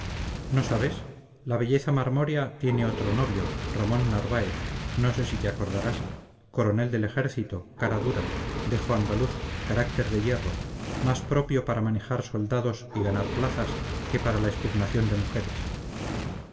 no sabes la belleza marmórea tiene otro novio ramón narváez no sé si te acordarás coronel de ejército cara dura dejo andaluz carácter de hierro más propio para manejar soldados y ganar plazas que para la expugnación de mujeres